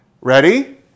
Ready